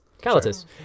Calatus